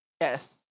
Yes